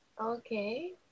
Okay